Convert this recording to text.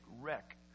wreck